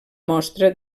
mostra